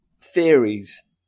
theories